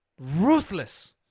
ruthless